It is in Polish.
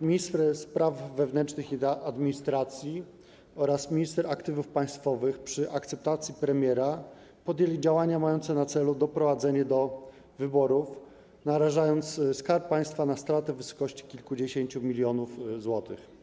minister spraw wewnętrznych i administracji oraz minister aktywów państwowych, przy akceptacji premiera, podjęli działania mające na celu doprowadzenie do wyborów, narażając Skarb Państwa na straty w wysokości kilkudziesięciu milionów złotych.